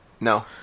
no